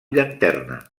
llanterna